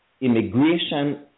immigration